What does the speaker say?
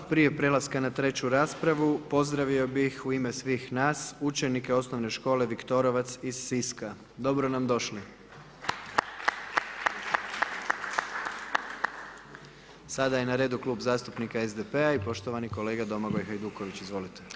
Prije prelaska na treću raspravu, pozdravio bih u ime svih nas učenike osnovne škole Viktorovac iz Siska, dobro nam došli. Sada je na redu Klub zastupnika SDP-a i poštovani kolega Domagoj Hajduković, izvolite.